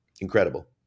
incredible